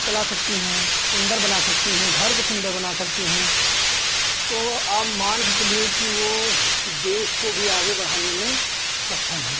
चला सकती हैं सुन्दर बना सकती हैं घर को सुन्दर बना सकती हैं तो आप मानकर चलिए कि वह देश को भी आगे बढ़ाने में सक्षम हैं